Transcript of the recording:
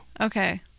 okay